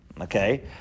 Okay